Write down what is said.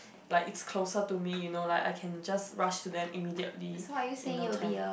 like its closer to me you know like I can just rush to them immediately in no time